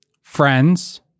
friends